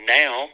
now